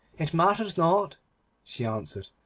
it matters not she answered.